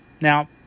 Now